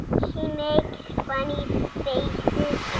she makes funny faces.